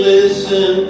listen